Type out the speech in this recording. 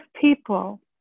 people